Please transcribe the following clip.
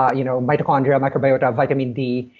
ah you know mitochondria, microbiota vitamin d,